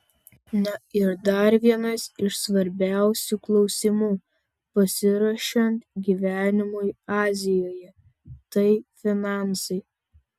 na ir dar vienas iš svarbiausių klausimų pasiruošiant gyvenimui azijoje tai finansai